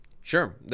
Sure